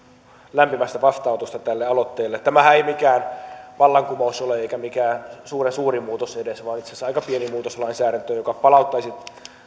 lämpimästä vastaanotosta tälle aloitteelle tämähän ei mikään vallankumous ole eikä mikään suuren suuri muutos edes vaan itse asiassa aika pieni muutos lainsäädäntöön joka palauttaisi